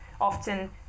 Often